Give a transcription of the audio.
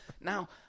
Now